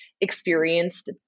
experienced